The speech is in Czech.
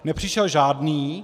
Nepřišel žádný.